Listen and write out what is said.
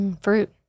Fruit